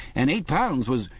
and eight pounds was